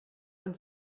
und